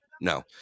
no